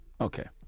Okay